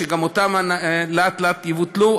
וגם הם לאט-לאט יבוטלו,